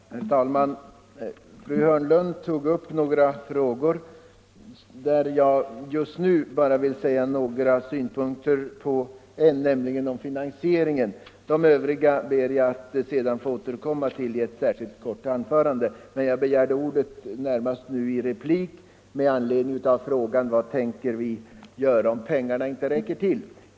Herr talman! Fru Hörnlund tog upp några frågor av vilka jag just nu bara skall framföra synpunkter på en, nämligen den om finansieringen. De övriga frågorna ber jag att få återkomma till i ett särskilt anförande. Jag begärde ordet för replik närmast med anledning av frågan vad vi tänker göra om pengarna inte räcker till.